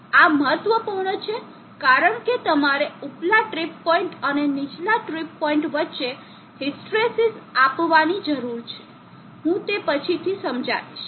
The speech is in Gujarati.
આ મહત્વપૂર્ણ છે કારણ કે તમારે ઉપલા ટ્રિપ પોઇન્ટ અને નીચલા ટ્રીપ પોઇન્ટ વચ્ચે હિસ્ટ્રેસિસ આપવાની જરૂર છે હું તે પછીથી સમજાવીશ